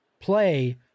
play